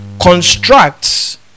constructs